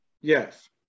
Yes